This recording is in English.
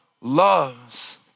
loves